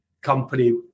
company